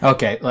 Okay